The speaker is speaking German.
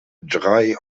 drei